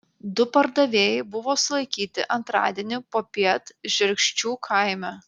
du pardavėjai buvo sulaikyti antradienį popiet žerkščių kaime